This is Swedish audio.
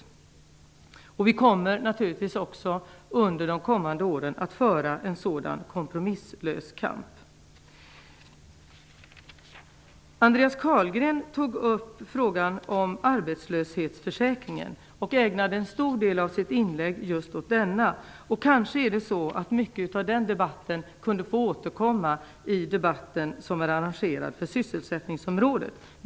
Under de kommande åren kommer vi naturligtvis också att föra en sådan kompromisslös kamp. Andreas Carlgren tog upp frågan om arbetslöshetsförsäkringen och ägnade en stor del av sitt inlägg åt just denna. Kanske kunde mycket av den debatten få återkomma i den debatt som är arrangerad för sysselsättningsområdet.